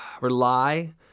rely